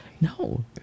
No